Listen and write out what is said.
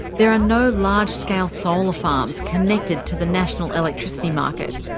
there are no large-scale solar farms connected to the national electricity market.